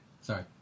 Sorry